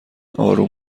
آروم